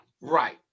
right